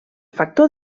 factor